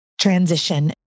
transition